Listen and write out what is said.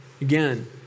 Again